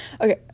Okay